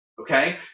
okay